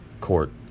court